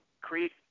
create